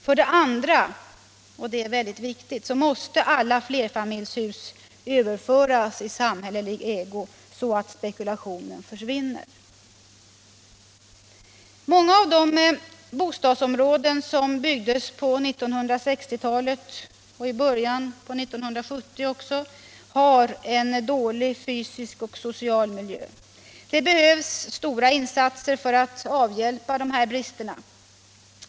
För det andra — och det är väldigt viktigt — måste alla flerfamiljshus överföras i samhällelig ägo så att spekulationen försvinner. Många av de bostadsområden som byggdes på 1960-talet och i början på 1970-talet har en dålig fysisk och social miljö. Det behövs stora insatser för att avhjälpa dessa brister.